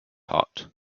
hot